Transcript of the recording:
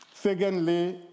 Secondly